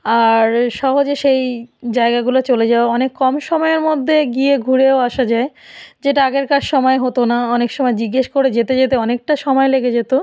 আর সহজে সেই জায়গাগুলো চলে যাওয়া অনেক কম সময়ের মধ্যে গিয়ে ঘুরেও আসা যায় যেটা আগেকার সময়ে হতো না অনেক সময় জিজ্ঞাসা করে যেতে যেতে অনেকটা সময় লেগে যেত